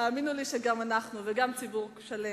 תאמינו לי שגם אנחנו, וגם ציבור שלם.